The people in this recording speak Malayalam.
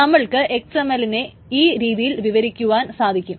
നമ്മൾക്ക് XML നെ ഈ രീതിയിൽ വിവരിക്കുവാൻ സാധിക്കും